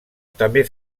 també